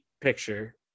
picture